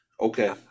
Okay